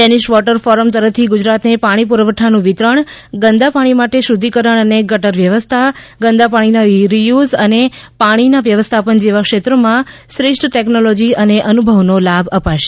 Danish water forum ત્તરફથી ગુજરાતને પાણી પુરવઠાનું વિતરણ ગંદા પાણી માટે શુદ્ધીકરણ અને ગટર વ્યવસ્થા ગંદા પાણીના રીયુઝ અને પાણીના વ્યવસ્થાપન જેવા ક્ષેત્રોમાં શ્રેષ્ઠ ટેકનોલોજી અને અનુભવનો લાભ અપાશે